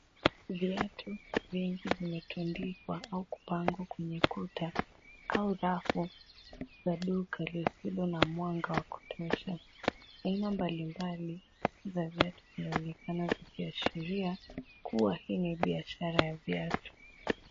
Viatu vingi vimetundikwa au kupangwa kwenye kuta au rafu ya duka lisilo na mwanga wa kutosha. Aina mbali mbali za viatu zinaonekana zikiashiria kuwa hii ni biashara ya viatu.